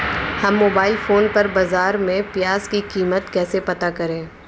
हम mobile phone पर बाज़ार में प्याज़ की कीमत कैसे पता करें?